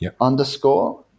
underscore